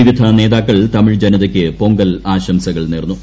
വിവിധ നേതാക്കൾ തമിഴ് ജനതയ്ക്ക് പൊങ്കൽ ആ്മൂർസ്കൾ നേർന്നു